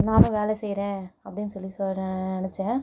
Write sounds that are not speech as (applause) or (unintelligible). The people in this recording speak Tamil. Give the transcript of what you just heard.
நானும் வேலை செய்கிறேன் அப்படின் சொல்லி சொல் (unintelligible) நினச்சேன்